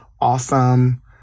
Awesome